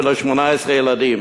היו לו 18 ילדים,